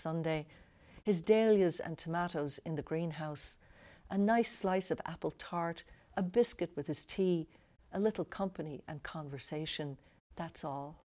sunday his daily is and tomatoes in the greenhouse a nice slice of apple tart a biscuit with his tea a little company and conversation that's all